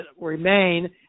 remain